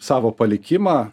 savo palikimą